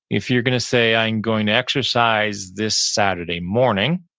if you're going to say i am going to exercise this saturday morning,